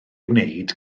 wneud